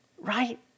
right